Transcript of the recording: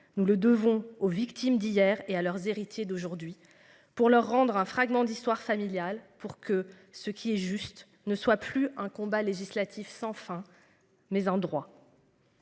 Nous le devons aux victimes d'hier et à leurs héritiers d'aujourd'hui pour leur rendre un fragment d'histoire familiale pour que ce qui est juste ne soit plus un combat législatif sans fin. Mais en droit.